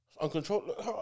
Uncontrolled